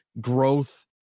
growth